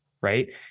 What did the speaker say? Right